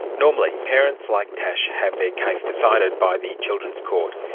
normally parents like tash have their case decided by the children's court.